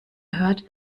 hört